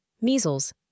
measles